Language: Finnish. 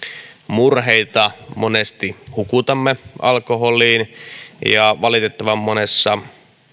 murheita monesti hukutamme alkoholiin ja valitettavan monessa